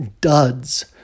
duds